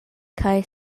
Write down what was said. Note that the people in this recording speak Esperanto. kaj